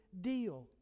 deal